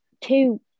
two